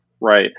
right